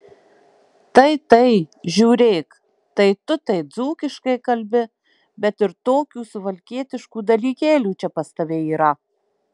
tai tai žiūrėk tai tu tai dzūkiškai kalbi bet ir tokių suvalkietiškų dalykėlių čia pas tave yra